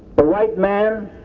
but white man